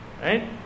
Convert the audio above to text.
right